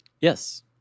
Yes